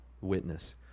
witness